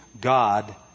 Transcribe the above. God